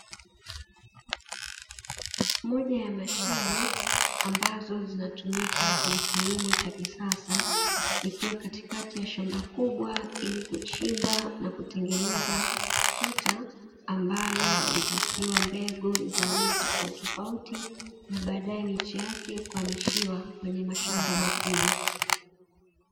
Moja ya mashine ambazo zinatumika katika kilimo cha kisasa, ikiwa katika shamba kubwa ili kuchimba na kutengeneza tuta ambalo litasiwa mbegu za aina tofautitofauti, na baadae miche yake kuhamishiwa kwenye mashamba makubwa.